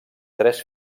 tres